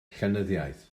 llenyddiaeth